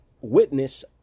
witness